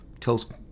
tells